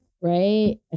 right